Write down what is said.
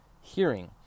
hearing